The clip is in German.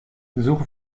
suche